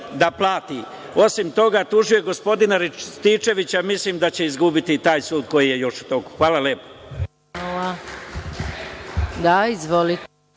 da plati. Osim toga, tužio je i gospodina Rističevića, mislim da će izgubiti i taj sud koji je još u toku. Hvala lepo.(Saša